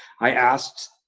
i asked,